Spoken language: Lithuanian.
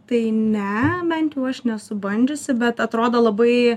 tai ne bent jau aš nesu bandžiusi bet atrodo labai